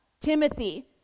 Timothy